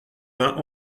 vingt